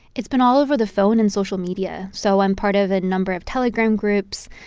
it's been all over the phone and social media. so i'm part of a number of telegram groups.